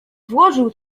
włożył